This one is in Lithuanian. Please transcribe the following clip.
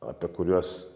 apie kuriuos